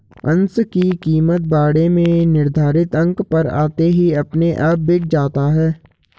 अंश की कीमत बाड़े में निर्धारित अंक पर आते ही अपने आप बिक जाता है